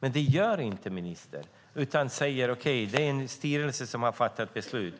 Men det gör inte ministern, utan han säger att det är en styrelse som har fattat beslut.